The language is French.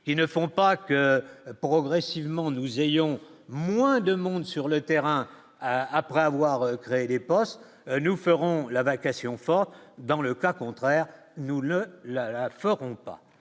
ils ne font pas que progressivement nous ayons moins de monde sur le terrain après avoir créé des postes, nous ferons la vacation dans le cas contraire, nous ne la ferons pas